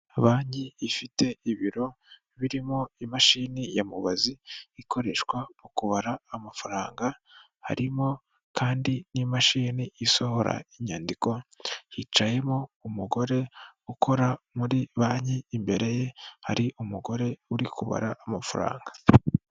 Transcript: Banki ifite ibiro birimo imashini ya mubazi ikoreshwa mu kubara amafaranga, harimo kandi n'imashini isohora inyandiko, hicayemo umugore ukora muri banki imbere ye hari umugore uri kubara amafaranga.